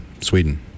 Sweden